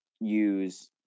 use